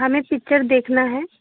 हमें पिक्चर देखनी है